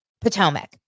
Potomac